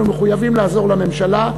אנחנו מחויבים לעזור לממשלה,